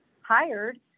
hired